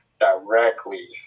directly